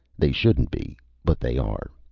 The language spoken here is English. they shouldn't be but they are.